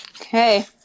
Okay